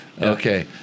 Okay